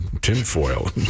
tinfoil